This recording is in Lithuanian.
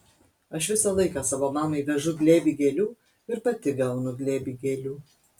aš visą laiką savo mamai vežu glėbį gėlių ir pati gaunu glėbį gėlių